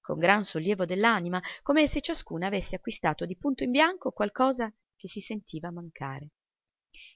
con gran sollievo dell'anima come se ciascuna avesse acquistato di punto in bianco qualcosa che si sentiva mancare